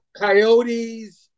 coyotes